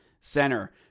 Center